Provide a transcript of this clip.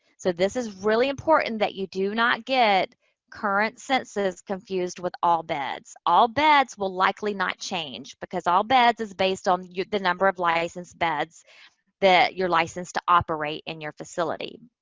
so, this is really important that you do not get current census confused with all beds. all beds will likely not change, because all beds is based on the number of licensed beds that you're licensed to operate in your facility.